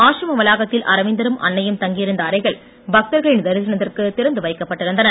ஆசிரம வளாகத்தில் அரவிந்தரும் அன்னையும் தங்கியிருந்த அறைகள் பக்தர்களின் தரிசினத்திற்கு திறந்து வைக்கப்பட்டிருந்தன